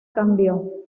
cambió